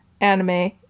Anime